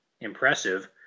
impressive